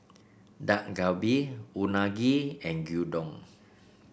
Dak Galbi Unagi and Gyudon